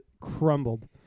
crumbled